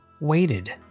waited